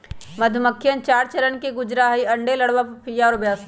मधुमक्खिवन चार चरण से गुजरा हई अंडे, लार्वा, प्यूपा और वयस्क